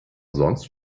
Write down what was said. sonst